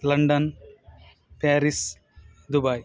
London Paris Dubai